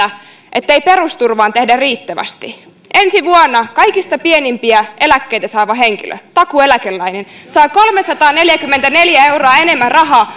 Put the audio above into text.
ettei perusturvaan tehdä riittävästi ensi vuonna kaikista pienimpiä eläkkeitä saava henkilö takuueläkeläinen saa rahaa kolmesataaneljäkymmentäneljä euroa enemmän